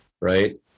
right